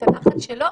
והנחת שלו,